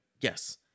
Yes